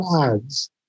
ads